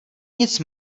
nic